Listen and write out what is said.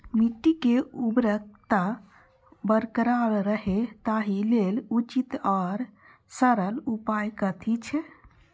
मिट्टी के उर्वरकता बरकरार रहे ताहि लेल उचित आर सरल उपाय कथी छे?